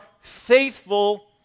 faithful